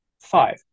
Five